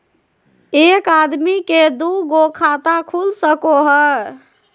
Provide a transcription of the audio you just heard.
एक आदमी के दू गो खाता खुल सको है?